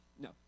No